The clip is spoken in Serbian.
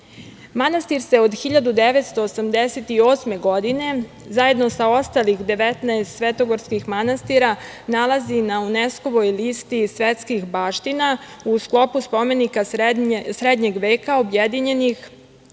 uopšte. Manastir se od 1988. godine, zajedno sa ostalih 19 svetogorskih manastira, nalazi za UNESKO-voj listi svetskih baština u sklopu spomenika srednjeg veka objedinjenih